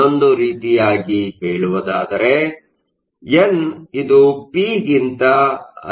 ಇನ್ನೊಂದು ರೀತಿಯಾಗಿ ಹೇಳುವುದಾದರೆ ಎನ್ ಇದು ಪಿ ಗಿಂತ ಅಧಿಕವಾಗಿರುತ್ತದೆ